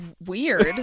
weird